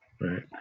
Right